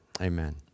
Amen